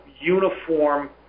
uniform